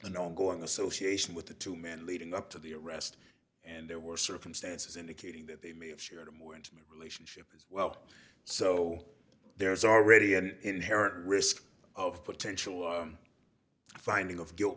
an ongoing association with the two men leading up to the arrest and there were circumstances indicating that they may have shared a more intimate relationship as well so there's already an inherent risk of potential of finding of guilt